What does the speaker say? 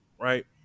Right